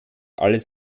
alles